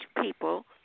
people